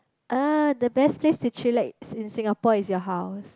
ah the best place to chillax in Singapore is your house